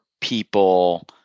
people